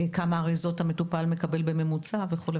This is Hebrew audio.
כמה אריזות המטופל מקבל בממוצע וכו'.